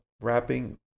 wrapping